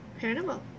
paranormal